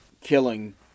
killing